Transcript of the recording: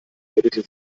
meldete